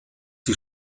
die